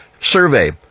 Survey